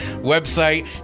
website